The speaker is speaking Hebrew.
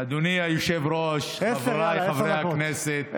אדוני היושב-ראש, חבריי חברי הכנסת.